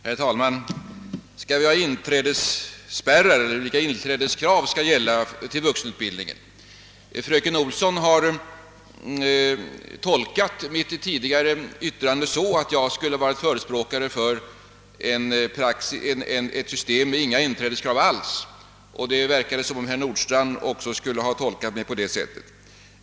Herr talman! Skall vi ha inträdesspärrar och vilka inträdeskrav skall i så fall gälla för vuxenutbildningen? Fröken Olsson har tolkat mitt tidigare yttrande så att jag skulle vara förespråkare för ett system helt utan inträdeskrav. Det verkade som om herr Nordstrandh också skulle ha tolkat mig så.